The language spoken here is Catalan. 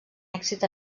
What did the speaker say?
èxit